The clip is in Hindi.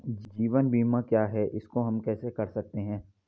जीवन बीमा क्या है इसको हम कैसे कर सकते हैं?